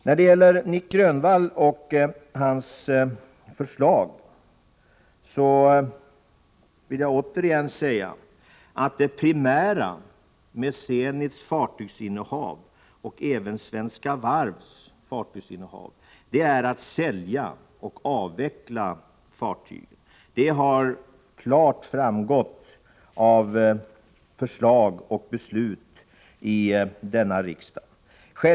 När det gäller Nic Grönvalls förslag vill jag återigen säga att det primära för Zenits fartygsinnehav och även Svenska Varvs fartygsinnehav är att sälja och avveckla fartygen. Det har klart framgått av förslag och beslut i riksdagen.